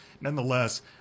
nonetheless